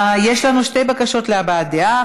יש לנו שתי בקשות להבעת דעה.